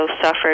suffered